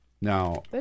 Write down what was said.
Now